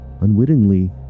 Unwittingly